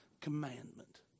commandment